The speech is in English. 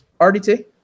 RDT